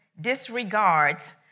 disregards